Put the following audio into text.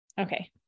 Okay